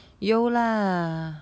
有啦